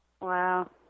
Wow